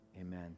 Amen